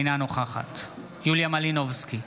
אינה נוכחת יוליה מלינובסקי,